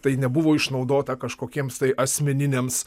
tai nebuvo išnaudota kažkokiems tai asmeniniams